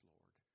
Lord